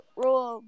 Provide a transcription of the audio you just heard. rule